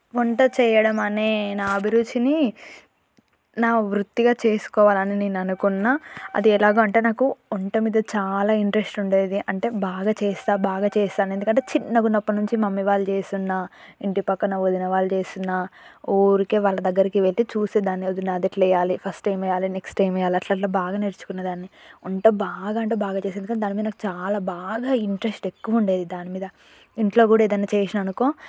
వంట చేయడం అనే నా అభిరుచిని నా వృత్తిగా చేసుకోవాలని నేను అనుకున్న అది ఎలాగో అంటే నాకు వంట మీద చాలా ఇంట్రెస్ట్ ఉండేది అంటే బాగా చేస్తా బాగా చేస్తాను ఎందుకంటే చిన్నగున్నప్పటి నుంచి మమ్మీ వాళ్ళు చేస్తున్న ఇంటి పక్కన వదిన వాళ్ళు చేస్తున్న ఊరికే వాళ్ళ దగ్గరికి వెళ్ళి చూసేదాన్ని వదిన అది ఎట్ల చేయాలి ఫస్ట్ ఏం వేయాలి నెక్స్ట్ ఏం వేయాలి అట్లా అట్లా బాగా నేర్చుకునేదాన్ని వంట బాగా అంటే బాగా చేసేదని కానీ దానిమీద నాకు చాలా బాగా ఇంట్రెస్ట్ ఎక్కువ ఉండేది దానిమీద ఇంట్లో కూడా ఏదన్న చేసినానుకో